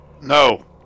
No